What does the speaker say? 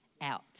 out